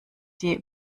die